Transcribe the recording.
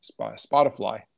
spotify